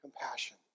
compassion